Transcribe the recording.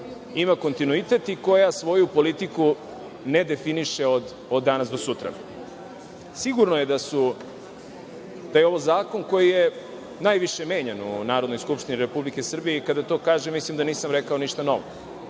ima kontinuitet i koja svoju politiku ne definiše od danas do sutra. Sigurno je da je ovo zakon koji je najviše menjan u Narodnoj skupštini Republike Srbije, i kada to kažem mislim da nisam rekao ništa novo.